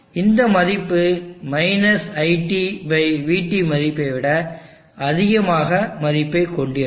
இந்த மதிப்பு - iTvT மதிப்பை விட அதிகமான மதிப்பைக் கொண்டிருக்கும்